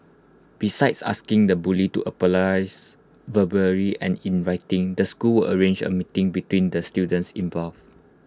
besides asking the bully to verbally and in writing the school arrange A meeting between the students involved